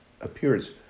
appearance